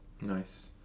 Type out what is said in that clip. nice